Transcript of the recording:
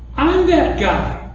i'm that guy!